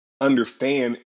Understand